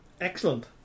excellent